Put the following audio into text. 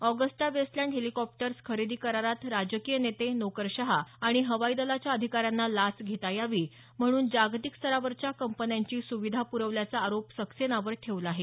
Agusta Westland helicopters खरेदी करारात राजकीय नेते नोकरशहा आणि हवाईदलाच्या अधिकाऱ्यांना लाच घेता यावी म्हणून जागतिक स्तरावरच्या कंपन्यांची सुविधा प्रवल्याचा आरोप सक्सेनावर ठेवला आहे